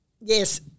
yes